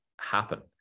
happen